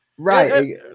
Right